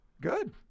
Good